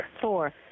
four